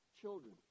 children